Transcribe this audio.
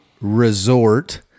resort